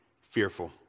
fearful